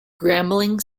grambling